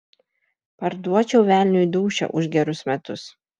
parduočiau velniui dūšią už gerus metus